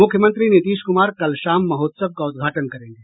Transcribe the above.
मुख्यमंत्री नीतीश कुमार कल शाम महोत्सव का उद्घाटन करेंगे